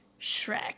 Shrek